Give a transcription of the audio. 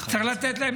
ושצריך לתת להם